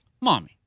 Mommy